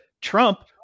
Trump